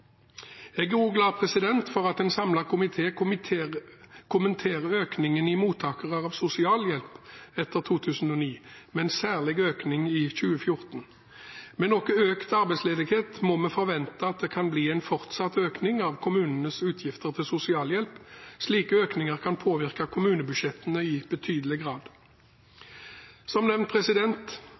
Jeg er også glad for at en samlet komité kommenterer økningen i mottakere av sosialhjelp etter 2009, med en særlig økning i 2014. Med noe økt arbeidsledighet må vi forvente at det kan bli en fortsatt økning av kommunenes utgifter til sosialhjelp. Slike økninger kan påvirke kommunebudsjettene i betydelig grad. Som nevnt